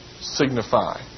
signify